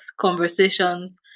conversations